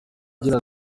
agira